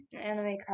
Anime